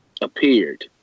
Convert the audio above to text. appeared